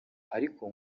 ariko